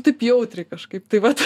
taip jautriai kažkaip tai vat